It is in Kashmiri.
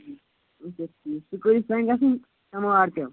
سُہ کۭتِس تانۍ گَژھَان سۄنوار تِلہٕ